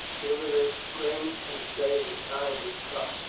give her this ring, and say the time has come.